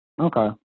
Okay